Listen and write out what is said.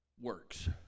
works